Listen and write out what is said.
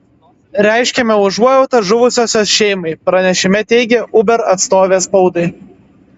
reiškiame užuojautą žuvusiosios šeimai pranešime teigė uber atstovė spaudai